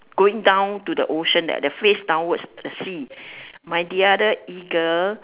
going down to the ocean like that face downwards to the sea my the other eagle